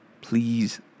please